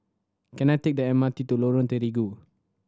can I take the M R T to Lorong Terigu